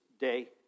day